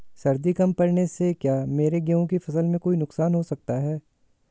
सर्दी कम पड़ने से क्या मेरे गेहूँ की फसल में कोई नुकसान हो सकता है?